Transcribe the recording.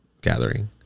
gathering